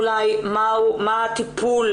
או שאין טיפול